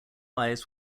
eyes